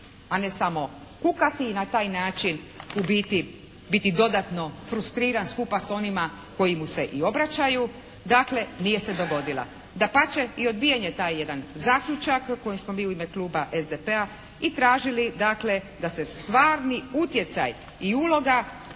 a ne samo kukati i na taj način u biti biti dodatno frustriran skupa s onima koji mu se i obraćaju dakle, nije se dogodila. Dapače i odbijen je taj jedan zaključak kojeg smo u ime kluba SDP-a i tražili da se stvarni utjecaj i uloga